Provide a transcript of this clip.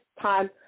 time